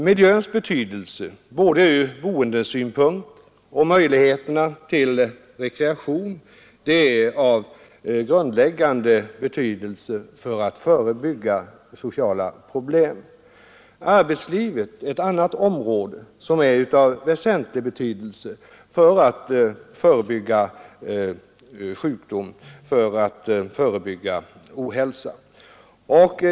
Miljön är ur boendesynpunkt och när det gäller möjligheterna till rekreation av grundläggande betydelse för att förebygga sociala problem. Arbetslivet är ett annat område som är av väsentlig betydelse när det gäller att förebygga sjukdom och ohälsa.